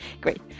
great